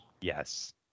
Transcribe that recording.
Yes